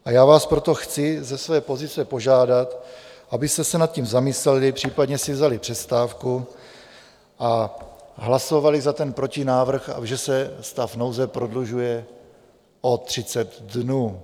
A já vás proto chci ze své pozice požádat, abyste se nad tím zamysleli, případně si vzali přestávku a hlasovali za ten protinávrh, že se stav nouze prodlužuje o 30 dnů.